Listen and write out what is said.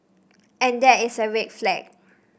and that is a red flag